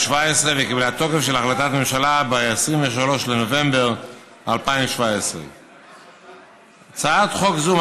וקיבלה תוקף של החלטת ממשלה ב-23 בנובמבר 2017. הצעת חוק זו,